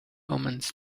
omens